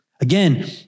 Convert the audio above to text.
Again